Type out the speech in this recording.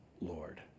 Lord